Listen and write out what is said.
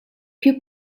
più